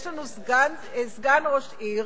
יש לנו סגן ראש עיר